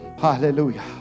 hallelujah